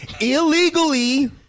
illegally